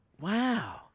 wow